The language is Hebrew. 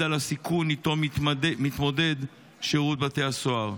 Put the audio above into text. על הסיכון שאיתו מתמודד שירות בתי הסוהר.